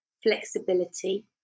Flexibility